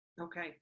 Okay